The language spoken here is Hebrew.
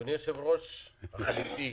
אדוני היושב-ראש החליפי,